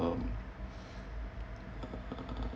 uh uh